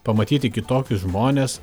pamatyti kitokius žmones